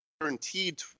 guaranteed